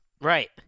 Right